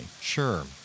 Sure